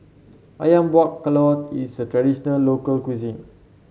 ayam Buah Keluak is a traditional local cuisine